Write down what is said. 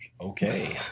okay